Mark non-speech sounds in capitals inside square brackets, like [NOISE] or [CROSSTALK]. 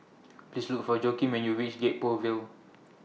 [NOISE] Please Look For Joaquin when YOU REACH Gek Poh Ville